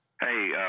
Hey